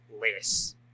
less